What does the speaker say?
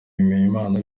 bimenyimana